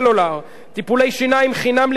טיפולי שיניים חינם לילדים,